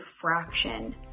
fraction